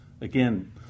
Again